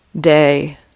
day